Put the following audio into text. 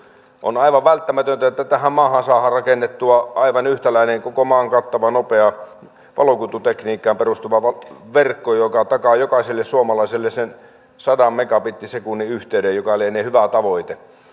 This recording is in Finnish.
on aivan välttämätöntä että tähän maahan saadaan rakennettua aivan yhtäläinen koko maan kattava nopea valokuitutekniikkaan perustuva verkko joka takaa jokaiselle suomalaiselle sen sadan megabittisekunnin yhteyden joka lienee hyvä tavoite